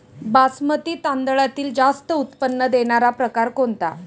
बासमती तांदळातील जास्त उत्पन्न देणारा प्रकार कोणता?